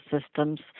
systems